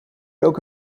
jullie